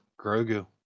Grogu